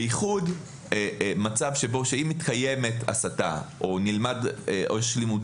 בייחוד מצב שאם מתקיימת הסתה או לימודים